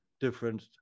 different